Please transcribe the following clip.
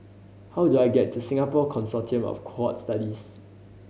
how do I get to Singapore Consortium of Cohort Studies